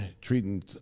treating